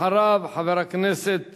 אחריו, חבר הכנסת